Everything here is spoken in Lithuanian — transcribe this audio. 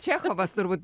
čechovas turbūt